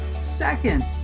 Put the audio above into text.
Second